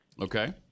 Okay